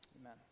Amen